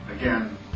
again